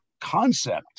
concept